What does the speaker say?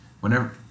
whenever